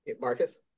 Marcus